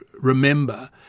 remember